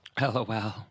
LOL